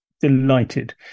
delighted